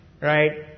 right